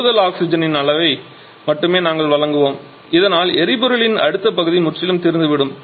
கூடுதல் ஆக்ஸிஜனின் அளவை மட்டுமே நாங்கள் வழங்குவோம் இதனால் எரிபொருளின் அடுத்த பகுதி முற்றிலும் தீர்ந்துவிடும்